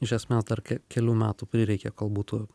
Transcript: iš esmės dar ke kelių metų prireikė kol būtų